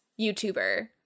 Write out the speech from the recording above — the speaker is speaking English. youtuber